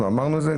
אמרנו את זה,